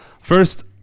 First